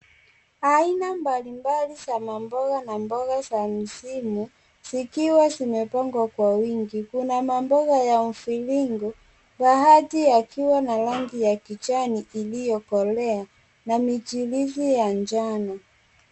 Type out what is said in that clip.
Aina mbalimbali za mboga na mboga za misimu zikiwa zimepangwa kwa uwingi. Kuna mamboga ya uvilingu baadhi akiwa na rangi ya kijani kiliokolea na mijirizi ya njano.